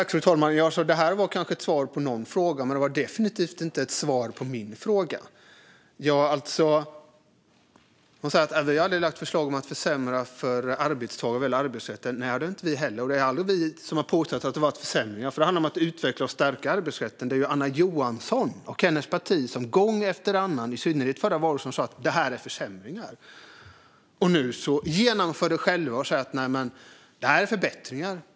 Fru talman! Det här var kanske ett svar på någon fråga, men det var definitivt inte ett svar på min fråga. Anna Johansson säger att man aldrig har lagt fram förslag om att försämra för arbetstagare eller att försämra arbetsrätten. Det har inte vi heller. Det är heller inte vi som har påstått att det har skett försämringar. Det handlar om att utveckla och stärka arbetsrätten. Det är ju Anna Johansson och hennes parti som gång efter annan, i synnerhet i den förra valrörelsen, sagt att detta är försämringar. Nu genomför de det själva och säger att det är förbättringar.